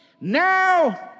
Now